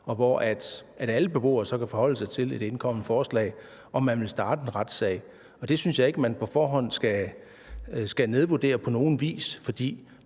hvor alle beboere så kan forholde sig til et indkomment forslag om, om man vil starte en retssag. Det synes jeg ikke man på forhånd skal nedvurdere på nogen vis,